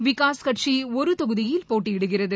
விகாஸ் கட்சிஒருதொகுதியில் போட்டியிடுகிறது